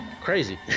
crazy